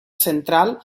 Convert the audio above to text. central